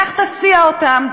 לך תסיע אותם,